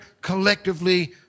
collectively